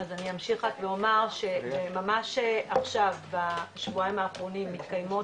אני אמשיך רק ואומר שממש עכשיו בשבועיים האחרונים מתקיימות